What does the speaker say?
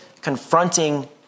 confronting